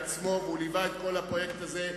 והוא ליווה את כל הפרויקט הזה,